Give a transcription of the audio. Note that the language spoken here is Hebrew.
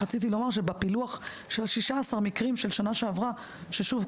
לב שבפילוח של ה-16 מקרים בשנה שעברה שוב,